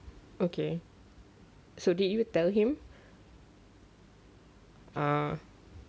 okay so did you tell him ah